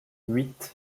huit